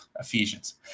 Ephesians